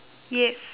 yes